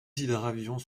hydravions